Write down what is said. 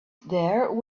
there